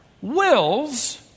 wills